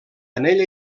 anell